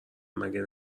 مگه